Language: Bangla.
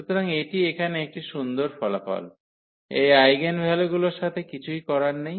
সুতরাং এটি এখানে একটি সুন্দর ফলাফল এই আইগেনভ্যালুগুলির সাথে কিছুই করার নেই